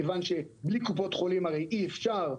כיוון שבלי קופות חולים הרי אי-אפשר.